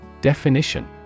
Definition